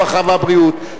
הרווחה והבריאות.